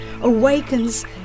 awakens